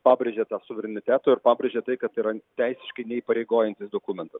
pabrėžė tą suverenitetą ir pabrėžė tai kad yra teisiškai neįpareigojantis dokumentas